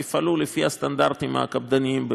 יפעלו לפי הסטנדרטים הקפדניים ביותר.